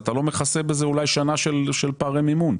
אתה לא מכסה בזה אולי שנה של פערי מימון.